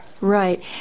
Right